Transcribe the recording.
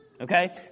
Okay